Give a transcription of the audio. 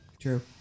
True